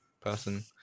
person